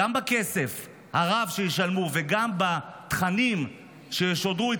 גם בכסף הרב שישלמו וגם בתכנים שישודרו,